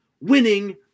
Winning